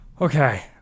Okay